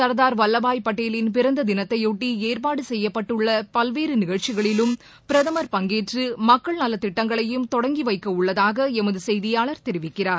சர்தார் வல்வபாய் பட்டேலின் பிறந்த தினத்தையொட்டி ஏற்பாடு செய்யப்பட்டுள்ள பல்வேறு நிகழ்ச்சிகளிலும் பிரதமர் பங்கேற்று மக்கள் நலத்திட்டங்களையும் தொடங்கி வைக்கவுள்ளதாக எமது செய்தியாளர் தெரிவிக்கிறார்